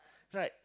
right